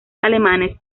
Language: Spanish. alemanes